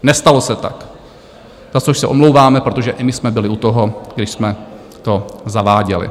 Nestalo se tak, za což se omlouváme, protože i my jsme byli u toho, když jsme to zaváděli.